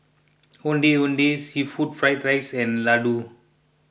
Ondeh Ondeh Seafood Fried Rice and Laddu